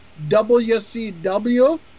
WCW